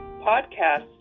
podcast